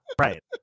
right